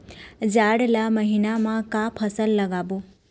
जाड़ ला महीना म का फसल लगाबो?